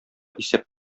исәп